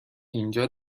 اینجا